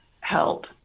help